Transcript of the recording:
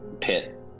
pit